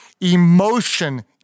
Emotion